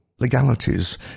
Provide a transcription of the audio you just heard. Legalities